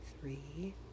three